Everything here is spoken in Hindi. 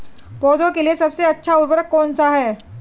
पौधों के लिए सबसे अच्छा उर्वरक कौन सा है?